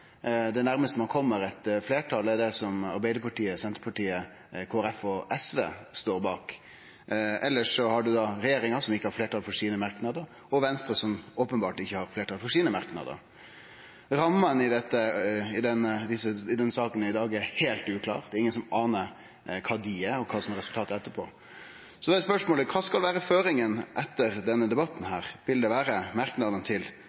Det nærmaste ein kjem eit fleirtal, er det som Arbeidarpartiet, Senterpartiet, Kristeleg Folkeparti og SV står bak. Elles har ein regjeringspartia, som ikkje har fleirtal for sine merknader, og Venstre, som openbert ikkje har fleirtal for sine merknader. Ramma i denne saka i dag er heilt uklar – det er ingen som anar kva ho er og kva som blir resultatet etterpå. Da er spørsmålet: Kva skal vere føringa etter denne debatten? Vil det vere merknadene til